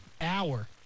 hour